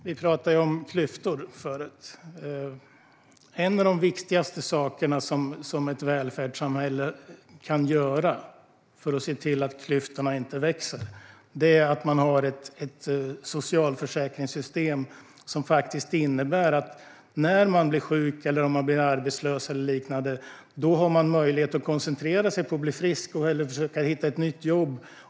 Herr talman! Vi pratade om klyftor förut. En av de viktigaste saker som ett välfärdssamhälle kan göra för att se till att klyftorna inte växer är ha ett socialförsäkringssystem som innebär att man, om man blir sjuk, arbetslös eller liknande, har möjlighet att koncentrera sig på att bli frisk och hellre försöka hitta ett nytt jobb.